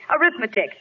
Arithmetic